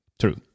True